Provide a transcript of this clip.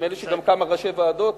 נדמה לי שגם כמה ראשי ועדות.